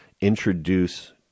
introduce